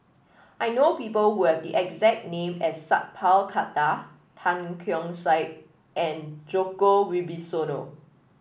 I know people who have the exact name as Sat Pal Khattar Tan Keong Saik and Djoko Wibisono